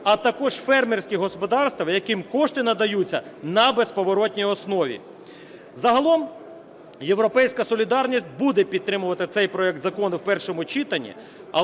а також фермерські господарства, яким кошти надаються на безповоротній основі. Загалом "Європейська солідарність" буде підтримувати цей проект закону в першому читанні,